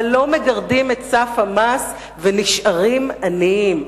אבל לא מגרדים את סף המס ונשארים עניים.